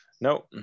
no